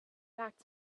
back